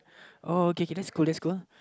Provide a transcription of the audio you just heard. uh okay okay that's cool that's cool